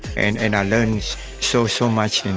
and and learned so, so much